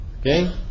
Okay